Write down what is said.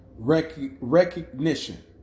Recognition